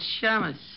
Shamus